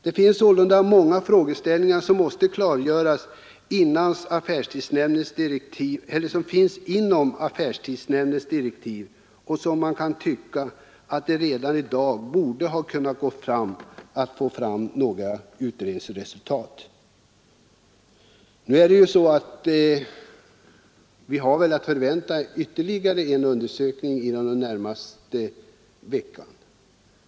Det finns sålunda många frågeställningar som måste klargöras inom affärstidsnämndens direktiv. Man kan tycka att det redan i dag borde ha gått att få fram några utredningsresultat. Vi har att förvänta ytterligare en undersökning inom den närmaste veckan.